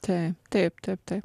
taip taip taip taip